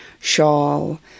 Shawl